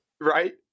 Right